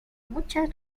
muchas